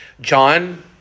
John